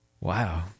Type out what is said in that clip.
Wow